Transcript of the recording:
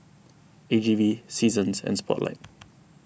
A G V Seasons and Spotlight